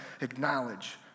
acknowledge